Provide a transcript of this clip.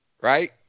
right